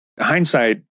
hindsight